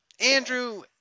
Andrew